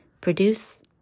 produce